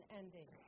ending